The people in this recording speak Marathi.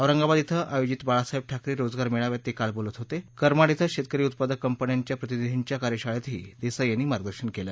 औरंगाबाद इथं आयोजित बाळासाहेब ठाकरे रोजगार मेळाव्यात ते काल बोलत होते करमाड इथं शेतकरी उत्पादक कंपन्यांच्या प्रतिनिधींच्या कार्यशाळेतही देसाई यांनी मार्गदर्शन केलं